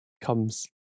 comes